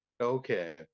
okay